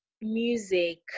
music